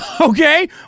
Okay